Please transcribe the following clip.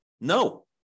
No